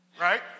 Right